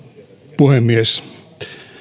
puhemies